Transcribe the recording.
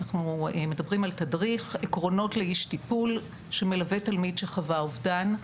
אנחנו מדברים על תדריך עקרונות לאיש טיפול שמלווה תלמיד שחווה אובדן.